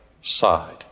side